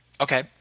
Okay